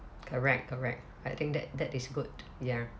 correct correct I think that that is good ya